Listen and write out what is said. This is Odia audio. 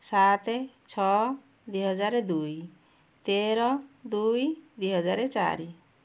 ସାତ ଛଅ ଦୁଇ ହଜାର ଦୁଇ ତେର ଦୁଇ ଦୁଇ ହଜାର ଚାରି